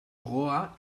goa